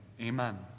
Amen